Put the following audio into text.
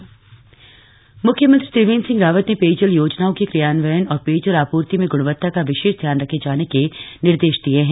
पेयजल योजना मुख्यमंत्री त्रिवेन्द्र सिंह रावत ने पेयजल योजनाओं के क्रियान्वयन और पेयजल आपूर्ति में ग्णवत्ता का विशेष ध्यान रखे जाने के निर्देश दिये हैं